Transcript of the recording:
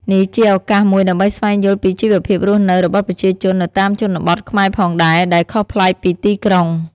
នេះជាឱកាសមួយដើម្បីស្វែងយល់ពីជីវភាពរស់នៅរបស់ប្រជាជននៅតាមជនបទខ្មែរផងដែរ ដែលខុសប្លែកពីទីក្រុង។